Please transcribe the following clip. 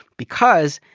because,